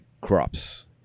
crops